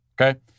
okay